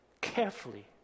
carefully